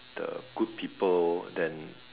the good people then